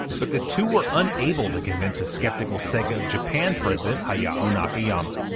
but the two were unable to convince a skeptical sega of japan president hayao nakayama.